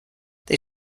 they